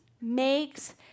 makes